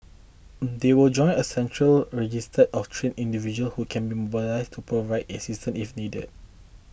they will join a central registry of trained individual who can be mobilised to provide assistance if needed